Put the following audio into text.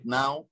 now